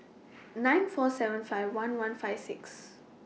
nine four seven five one one five six